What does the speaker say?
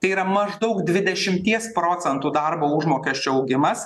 tai yra maždaug dvidešimties procentų darbo užmokesčio augimas